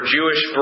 Jewish